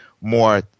more